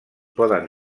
poden